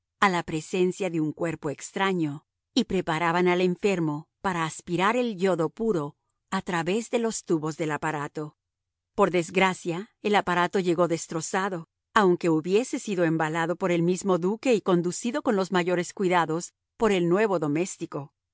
a la presencia de un cuerpo extraño y preparaban al enfermo para aspirar el yodo puro a través de los tubos del aparato por desgracia el aparato llegó destrozado aunque hubiese sido embalado por el mismo duque y conducido con los mayores cuidados por el nuevo doméstico